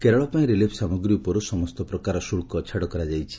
କେରଳ ପାଇଁ ରିଲିଫ୍ ସାମଗ୍ରୀ ଉପରୁ ସମସ୍ତ ପ୍ରକାର ଶୁଲ୍କ ଛାଡ଼ କରାଯାଇଛି